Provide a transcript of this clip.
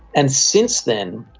and since then,